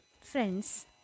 Friends